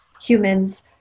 humans